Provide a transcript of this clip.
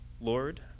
Lord